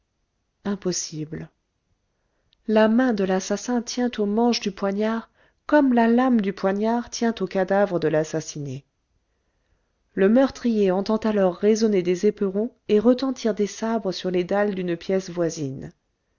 impossible la main de l'assassin tient au manche du poignard comme la lame du poignard tient au cadavre de l'assassiné le meurtrier entend alors résonner des éperons et retentir des sabres sur les dalles d'une pièce voisine